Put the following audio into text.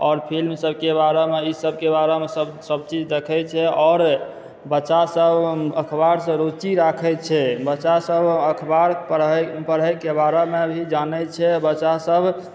आओर फिल्म सबके बारेमे ई सबके बारेमे सबचीज देखै छै आओर बच्चासब अखबारसँ रूचि राखै छै बच्चासब अखबार पढ़ैके बारेमे भी जानै छै बच्चासब